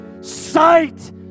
Sight